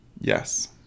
Yes